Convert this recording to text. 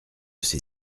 ces